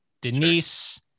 denise